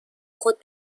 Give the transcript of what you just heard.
خود